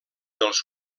dels